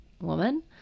woman